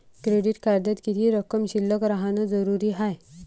Credit कार्डात किती रक्कम शिल्लक राहानं जरुरी हाय?